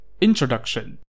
Introduction